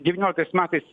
devynioliktais metais